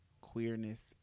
queerness